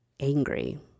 angry